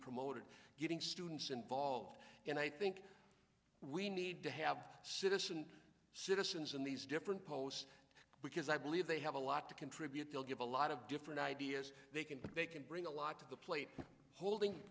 promoted getting students involved and i think we need to have citizen citizens in these different posts because i believe they have a lot to contribute they'll give a lot of different ideas they can but they can bring a lot to the plate holding